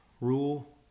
Rule